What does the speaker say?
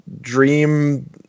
dream